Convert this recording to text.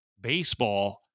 baseball